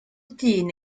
dyn